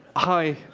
hi,